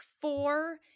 Four